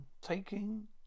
Taking